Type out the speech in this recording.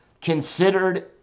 considered